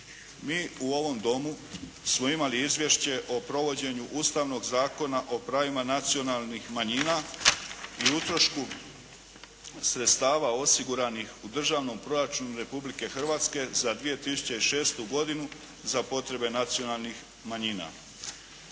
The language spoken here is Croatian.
Mi u ovom domu smo imali Izvješće o provođenju Ustavnog zakona o pravima nacionalnih manjina i utrošku sredstava osiguranih u Državnom proračunu Republike Hrvatske za 2006. godinu za potrebe nacionalnih manjina.